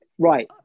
Right